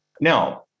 Now